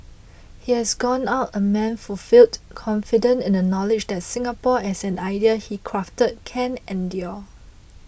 he has gone out a man fulfilled confident in the knowledge that Singapore as an idea he crafted can endure